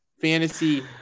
fantasy